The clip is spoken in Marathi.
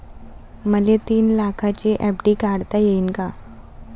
मले तीन लाखाची एफ.डी काढता येईन का?